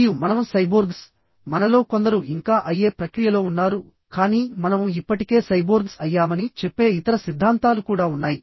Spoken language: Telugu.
మరియు మనం సైబోర్గ్స్ మనలో కొందరు ఇంకా అయ్యే ప్రక్రియలో ఉన్నారు కానీ మనం ఇప్పటికే సైబోర్గ్స్ అయ్యామని చెప్పే ఇతర సిద్ధాంతాలు కూడా ఉన్నాయి